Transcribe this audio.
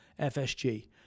FSG